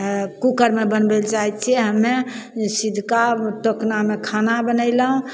कूकरमे बनबय लए चाहय छियै हम्मे सीधका टोकनामे खाना बनेलहुं